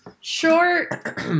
Short